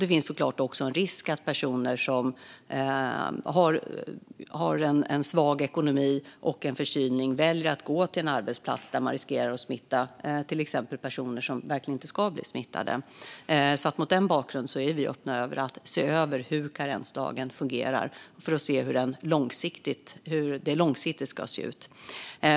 Det finns såklart också en risk att personer som har en svag ekonomi och blir förkylda väljer att gå till en arbetsplats där man riskerar att smitta till exempel personer som verkligen inte ska bli smittade. Mot den bakgrunden är vi öppna för att se över hur karensdagen fungerar och hur det långsiktigt ska se ut.